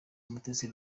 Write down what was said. umutesi